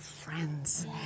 friends